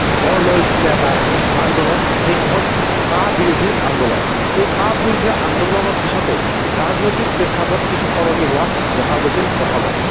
গঢ় লৈ উঠিছিলে এটা আন্দোলন সেইটো হ'ল কা বিৰোধী আন্দোলন এই কা বিৰোধী আন্দোলনৰ পিছতে ৰাজনীতিক প্ৰেক্ষাপট কিছু সলনি হোৱা দেখা গৈছিল অসমত